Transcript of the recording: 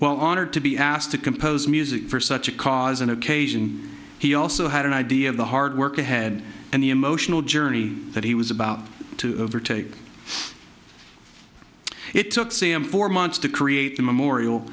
well honored to be asked to compose music for such a cause an occasion he also had an idea of the hard work ahead and the emotional journey that he was about to overtake it took c m four months to create a memorial